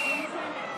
יש יותר מדי כאלה שלא